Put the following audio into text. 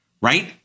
right